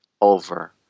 over